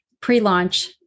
pre-launch